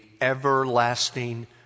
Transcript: everlasting